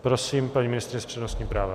Prosím, paní ministryně s přednostním právem.